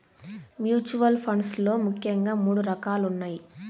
mutual funds లో ముఖ్యంగా మూడు రకాలున్నయ్